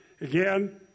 Again